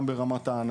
גם ברמת האנליטיקה,